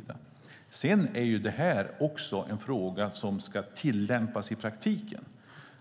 Denna fråga ska sedan också tillämpas i praktiken.